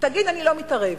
תגיד: אני לא מתערב.